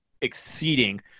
exceeding